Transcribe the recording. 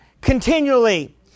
continually